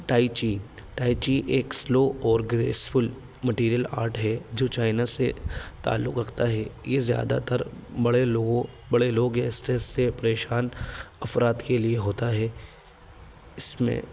tai chi tai chi ایک slow اور graceful martial art ہے جو چائنا سے تعلق رکھتا ہے یہ زیادہ تر بڑے لوگوں بڑے لوگ اسٹریس سے پریشان افراد کے لیے ہوتا ہے اس میں